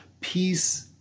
peace